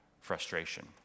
frustration